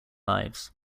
lives